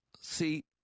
See